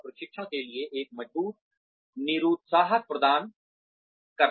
और प्रशिक्षण के लिए एक मजबूत निरूत्साहक प्रदान करता है